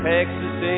Texas